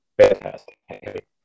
Fantastic